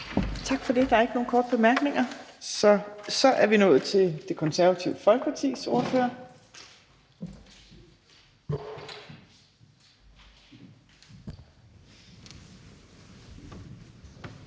Tak for det. Der er ingen korte bemærkninger. Så er vi nået til Det Konservative Folkepartis ordfører.